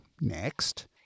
next